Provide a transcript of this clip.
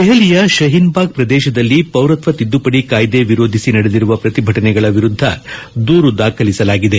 ದೆಹಲಿಯ ಶಹೀನ್ ಬಾಗ್ ಪ್ರದೇಶದಲ್ಲಿ ಪೌರತ್ನ ತಿದ್ದುಪದಿ ಕಾಯ್ದೆ ವಿರೋಧಿಸಿ ನಡೆದಿರುವ ಪ್ರತಿಭಟನೆಗಳ ವಿರುದ್ದ ದೂರು ದಾಖಲಿಸಲಾಗಿದೆ